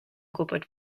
gwybod